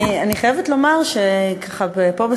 אני חייבת לומר שפה,